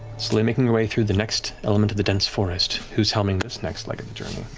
slowly making your way through the next element of the dense forest. who's helming this next leg of the journey?